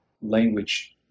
language